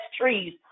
trees